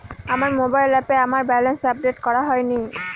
আমার মোবাইল অ্যাপে আমার ব্যালেন্স আপডেট করা হয়নি